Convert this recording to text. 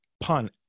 pun